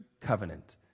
covenant